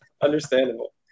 Understandable